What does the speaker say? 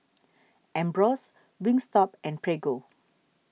Ambros Wingstop and Prego